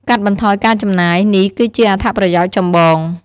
កាត់បន្ថយការចំណាយ: នេះគឺជាអត្ថប្រយោជន៍ចម្បង។